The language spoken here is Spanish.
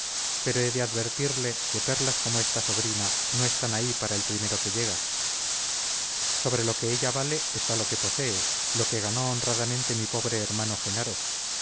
pero he de advertirle que perlas como esta sobrina no están ahí para el primero que llega sobre lo que ella vale está lo que posee lo que ganó honradamente mi pobre hermano jenaro